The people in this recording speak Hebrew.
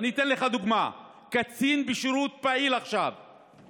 אתן לך דוגמה: קצין בשירות פעיל עכשיו,